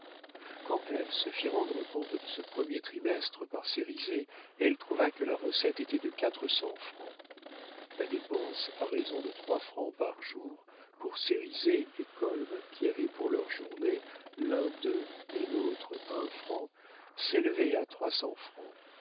quand ève se fit rendre compte de ce premier trimestre par cérizet elle trouva que la recette était de quatre cents francs la dépense à raison de trois francs par jour pour cérizet et kolb qui avaient pour leur journée l'un deux et l'autre un franc s'élevait à trois cents francs